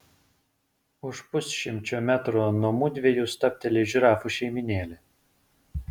už pusšimčio metrų nuo mudviejų stabteli žirafų šeimynėlė